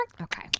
Okay